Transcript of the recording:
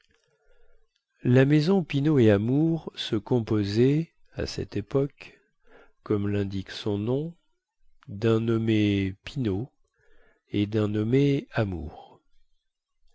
la maison pinaud et amour se composait à cette époque comme lindique son nom dun nommé pinaud et dun nommé amour